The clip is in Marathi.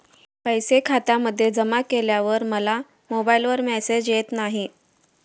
पैसे खात्यामध्ये जमा केल्यावर मला मोबाइलवर मेसेज येत नाही?